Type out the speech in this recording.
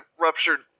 ruptured